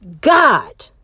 God